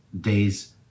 days